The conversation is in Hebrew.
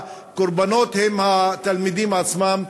הקורבנות הם התלמידים עצמם,